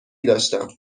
داشتم